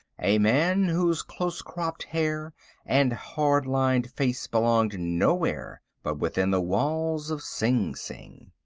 a man whose close-cropped hair and hard lined face belonged nowhere but within the walls of sing sing.